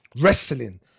wrestling